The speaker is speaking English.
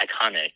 iconic